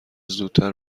زودتر